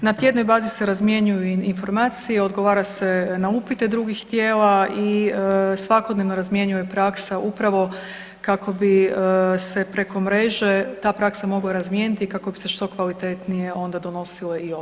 Na tjednoj bazi se razmjenjuju i informacije, odgovara se na upite drugih tijela i svakodnevno razmjenjuje praksa upravo kako bi se preko mreže ta praksa mogla razmijeniti i kako bi se što kvalitetnije onda donosile i odluke.